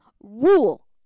rule